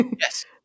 Yes